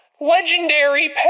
legendary